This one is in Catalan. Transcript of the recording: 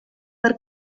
per